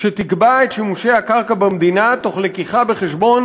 שתקבע את שימושי הקרקע במדינה תוך לקיחה בחשבון